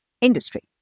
industry